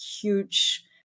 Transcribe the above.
huge